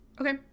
Okay